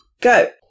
go